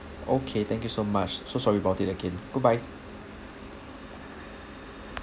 okay thank you so much so sorry about it again goodbye